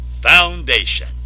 foundation